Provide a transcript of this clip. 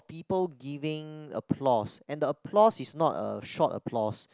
people giving applause and the applause is not a short applause